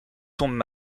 tombent